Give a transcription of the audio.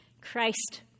Christ